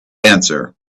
answer